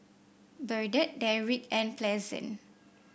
Burdette Derrick and Pleasant